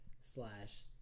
slash